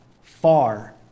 far